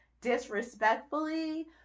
disrespectfully